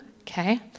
okay